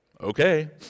Okay